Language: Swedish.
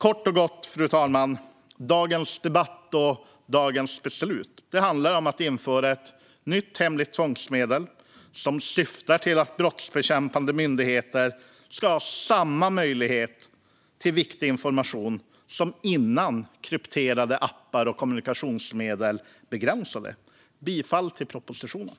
Kort och gott, fru talman: Dagens debatt och beslut handlar om att införa ett nytt hemligt tvångsmedel som syftar till att brottsbekämpande myndigheter ska ha samma möjlighet att få viktig information som innan krypterade appar och kommunikationsmedel begränsade denna möjlighet. Jag yrkar bifall till propositionen.